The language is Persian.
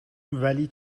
ولی